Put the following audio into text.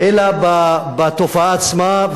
אלא בתופעה עצמה.